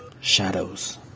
shadows